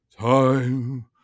time